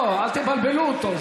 אל תבלבלו אותו.